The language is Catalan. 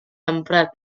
emprat